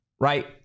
right